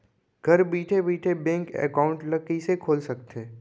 घर बइठे बइठे बैंक एकाउंट ल कइसे खोल सकथे?